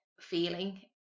feeling